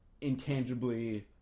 intangibly